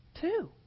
Two